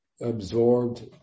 absorbed